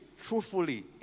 truthfully